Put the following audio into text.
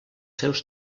seus